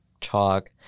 chalk